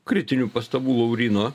kritinių pastabų lauryno